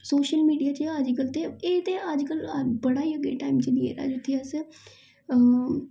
social media च अजकल्ल ते एह् ते अजकल्ल बड़ा गै अग्गे टैम चली गेदा अजकल्ल